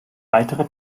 weitere